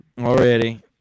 already